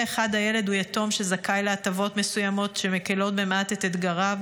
אחד הילד הוא יתום שזכאי להטבות מסוימות שמקלות מעט את אתגריו,